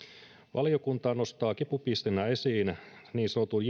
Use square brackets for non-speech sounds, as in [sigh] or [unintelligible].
valiokunta nostaa kipupisteenä esiin niin sanotun [unintelligible]